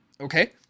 Okay